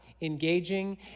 engaging